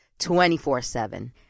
24-7